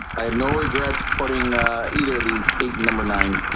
i have no regrets putting either these eight number nine